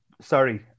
sorry